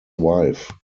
wife